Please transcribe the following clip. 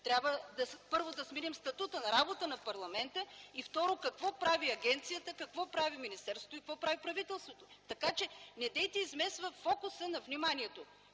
трябва да сменим статута на работа на парламента. Второ, какво прави агенцията, какво прави министерството и какво прави правителството?! Недейте да измествате фокуса на вниманието!